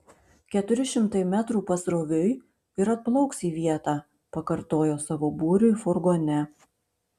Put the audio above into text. keturi šimtai metrų pasroviui ir atplauks į vietą pakartojo savo būriui furgone